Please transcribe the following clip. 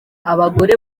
abagore